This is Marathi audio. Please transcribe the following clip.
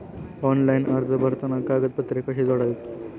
ऑनलाइन अर्ज भरताना कागदपत्रे कशी जोडावीत?